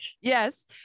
Yes